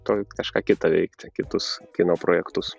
tuoj kažką kita veikti kitus kino projektus